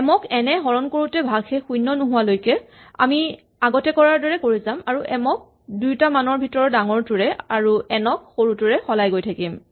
M ক N এ হৰণ কৰোতে ভাগশেষ শূণ্য নোহোৱালৈকে আমি আগতে কৰাৰ দৰে কৰি যাম আৰু এম ক দুইটা মানৰ ভিতৰৰ ডাঙৰটোৰে আৰু এন ক সৰুটোৰে সলাই গৈ থাকিম